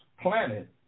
planet